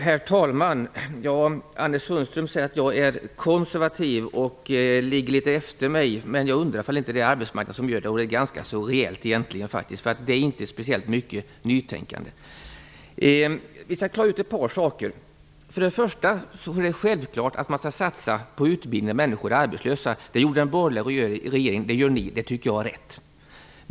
Herr talman! Anders Sundström säger att jag är konservativ och ligger litet efter. Men jag undrar om det inte är arbetsmarknadsministern som gör det, och det ganska rejält egentligen. Det finns inte speciellt mycket nytänkande här. Vi skall klara ut ett par saker. För det första är det självklart att man skall satsa på utbildning när människor är arbetslösa. Det gjorde den borgerliga regeringen, och det gör ni. Det tycker jag är rätt.